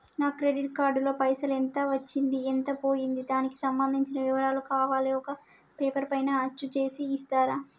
నా credit card లో పైసలు ఎంత వచ్చింది ఎంత పోయింది దానికి సంబంధించిన వివరాలు కావాలి ఒక పేపర్ పైన అచ్చు చేసి ఇస్తరా?